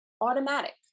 Automatic